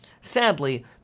sadly